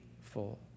full